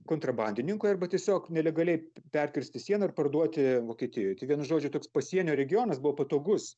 kontrabandininkui arba tiesiog nelegaliai perkirsti sieną ir parduoti vokietijoj tai vienu žodžiu toks pasienio regionas buvo patogus